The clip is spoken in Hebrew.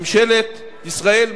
ממשלת ישראל,